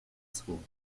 school